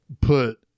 put